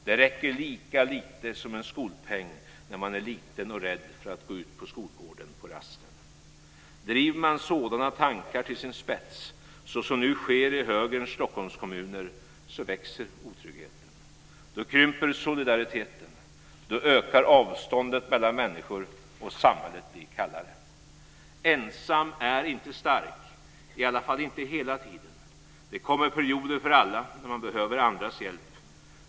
Det räcker lika lite som en skolpeng när man är liten och rädd för att gå ut på skolgården på rasten. Driver man sådana tankar till sin spets, såsom nu sker i högerns Stockholmskommuner, så växer otryggheten. Då krymper solidariteten. Då ökar avståndet mellan människor, och samhället blir kallare. Ensam är inte stark, i alla fall inte hela tiden. Det kommer perioder för alla när man behöver andras hjälp.